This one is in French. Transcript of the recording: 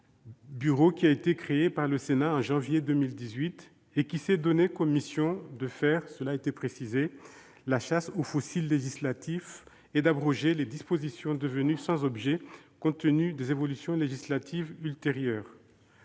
sourire. Créé par le Sénat en janvier 2018, ce bureau s'est donné comme mission de faire la chasse aux « fossiles législatifs » et d'abroger les dispositions devenues sans objet compte tenu des évolutions législatives ultérieures.